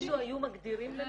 אילו היו מגדירים לנו,